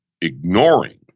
ignoring